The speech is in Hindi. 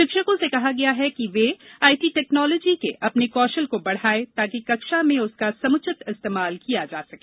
शिक्षकों से कहा गया है कि वे आईटी टेक्नोलॉजी के अपने कौशल को बढाये ताकि कक्षा में उसका समुचित इस्तेमाल किया जा सके